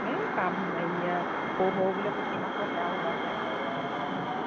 এই পাম এইয়া সৰু সৰু বোলে পুঠি মাছৰ সেয়াও ওলাইছে